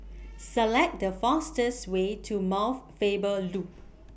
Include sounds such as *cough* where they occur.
*noise* Select The fastest Way to Mount Faber Loop